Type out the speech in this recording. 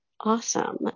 Awesome